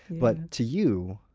but to you,